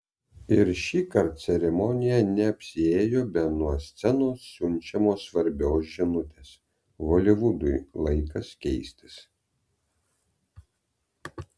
ir šįkart ceremonija neapsiėjo be nuo scenos siunčiamos svarbios žinutės holivudui laikas keistis